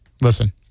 listen